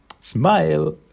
smile